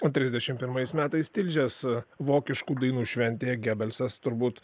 o trisdešimt pirmais metais tilžės vokiškų dainų šventėje gebelsas turbūt